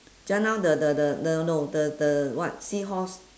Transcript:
just now the the the the no the the what seahorse